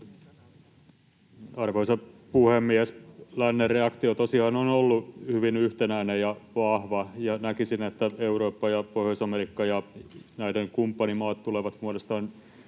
Arvoisa puhemies! Lännen reaktio tosiaan on ollut hyvin yhtenäinen ja vahva, ja näkisin, että Eurooppa ja Pohjois-Amerikka ja näiden kumppanimaat tulevat muodostamaan